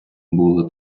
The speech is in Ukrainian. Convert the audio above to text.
було